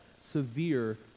severe